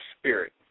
spirit